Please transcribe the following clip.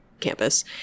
campus